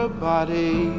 ah body